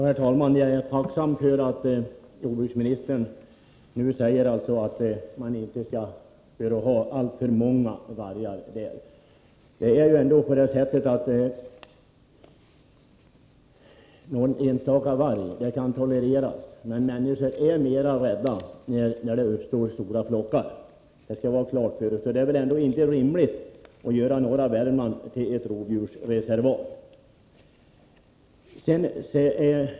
Herr talman! Jag är tacksam över jordbruksministerns uttalande, att man inte skall behöva ha alltför många vargar i norra Värmland. Någon enstaka varg kan väl tolereras. Men människor är mera rädda när vargarna förekommer i stora flockar. Det skall vi ha klart för oss. Det är väl ändå inte rimligt att göra norra Värmland till ett rovdjursreservat.